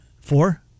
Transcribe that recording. Four